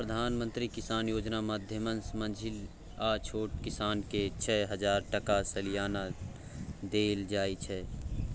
प्रधानमंत्री किसान योजना माध्यमसँ माँझिल आ छोट किसानकेँ छअ हजार टका सलियाना देल जाइ छै